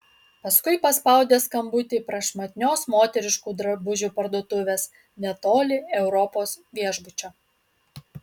paskui paspaudė skambutį prašmatnios moteriškų drabužių parduotuvės netoli europos viešbučio